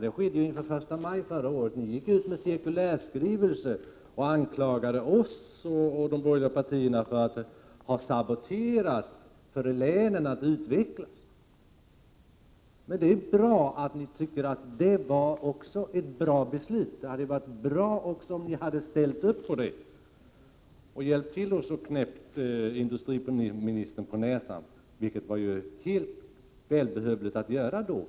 Detta hände kring 1 maj förra året, och ni gick ut med cirkulärskrivelser och anklagade oss och de borgerliga partierna för att ha saboterat möjligheterna för länet att utvecklas. Det är bra att ni tycker att det beslutet var bra, men det hade varit bättre om ni också hade ställt upp på det och hjälpt oss att knäppa industriministern på näsan, vilket var nödvändigt att göra då.